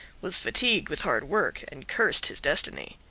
was fatigued with hard work, and cursed his destiny.